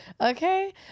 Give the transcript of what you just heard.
okay